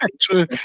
True